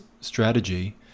strategy